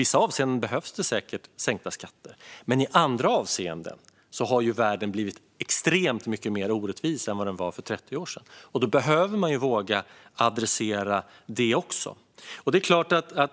Men man måste också kunna hantera att världen i andra avseenden har blivit extremt mycket mer orättvis än den var för 30 år sedan. Då behöver man våga adressera det också.